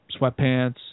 sweatpants